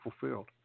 fulfilled